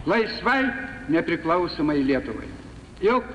laisvai nepriklausomai lietuvai jog